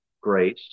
Grace